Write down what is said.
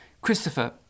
Christopher